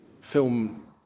film